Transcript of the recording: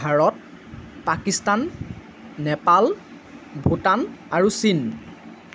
ভাৰত পাকিস্তান নেপাল ভূটান আৰু চীন